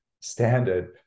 standard